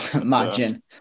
imagine